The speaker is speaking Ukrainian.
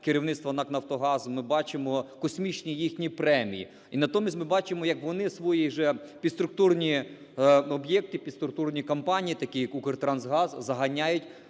керівництва НАК "Нафтогазу", ми бачимо космічні їхні премії. І натомість ми бачимо, як вони свої же підструктурні об'єкти, підструктурні компанії, такі як "Укртрансгаз", заганяють